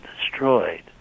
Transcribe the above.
destroyed